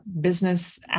business